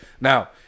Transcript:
Now